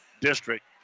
district